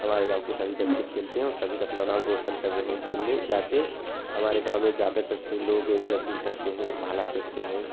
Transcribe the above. हमारे गाँव के सभी बच्चे खेलते हैं और सभी अपना नाम रोशन कर रहे हैं गेम में जाकर हमारे गाँव में ज़्यादातर लोग जैवलिन करते हैं भाला फेंकते हैं